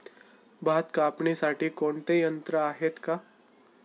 भात कापणीसाठी कोणते यंत्र आहेत का?